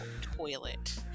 toilet